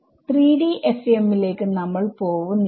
3D FEM ലേക്ക് നമ്മൾ പോവുന്നില്ല